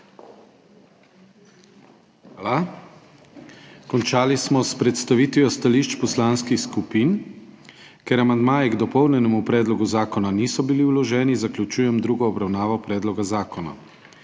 Hvala. Končali smo s predstavitvijo stališč poslanskih skupin. Ker amandmaji k dopolnjenemu predlogu zakona niso bili vloženi, zaključujem drugo obravnavo predloga zakona.